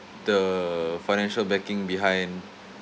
the financial backing behind